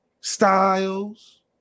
styles